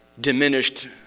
diminished